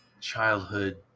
childhood